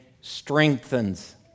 strengthens